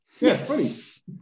Yes